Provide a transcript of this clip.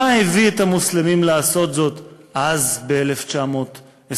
מה הביא את המוסלמים לעשות זאת אז, ב-1929?